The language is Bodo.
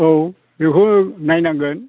औ बेखौ नायनांगोन